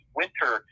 winter